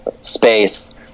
space